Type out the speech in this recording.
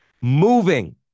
Moving